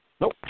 Nope